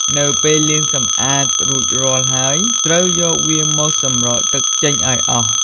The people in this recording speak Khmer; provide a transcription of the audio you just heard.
នៅពេលលាងសម្អាតរួចរាល់ហើយ ត្រូវយកវាមកសម្រក់ទឹកចេញឱ្យអស់។